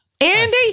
Andy